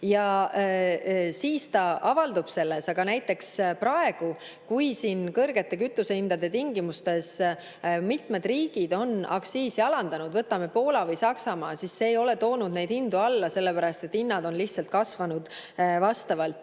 Siis ta avaldub selles. Aga näiteks praegu, kui kõrgete kütusehindade tingimustes mitmed riigid on aktsiisi alandanud, võtame Poola või Saksamaa, see ei ole toonud neid hindu alla, sellepärast et hinnad on lihtsalt kasvanud vastavalt.